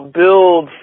build